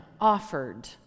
offered